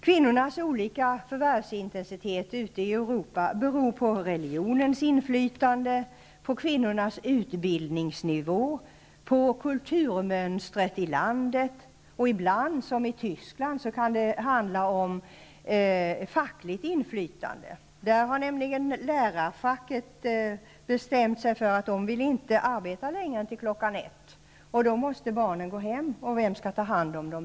Kvinnornas olika förvärvsintensitet ute i Europa beror på religionens inflytande, på kvinnornas utbildningsnivå, på kulturmönstret i landet och ibland som i Tyskland på fackligt inflytande. Där har lärarfacket bestämt sig för att lärarna inte skall arbeta efter kl. 13.00. Då måste barnen gå hem, och vem skall då ta hand om dem?